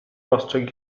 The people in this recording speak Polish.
ostrzegł